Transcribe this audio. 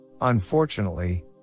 Unfortunately